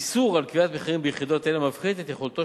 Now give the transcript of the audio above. איסור קביעת מחירים ביחידות אלה מפחית את יכולתו